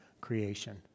creation